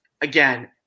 again